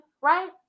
right